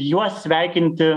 juos sveikinti